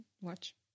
watch